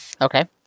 Okay